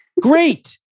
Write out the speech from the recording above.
Great